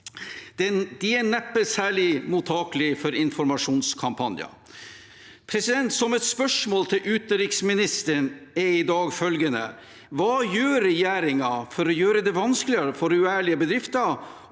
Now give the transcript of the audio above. De er neppe særlig mottakelige for informasjonskampanjer. Mitt spørsmål til utenriksministeren er i dag: Hva gjør regjeringen for å gjøre det vanskeligere for uærlige bedrifter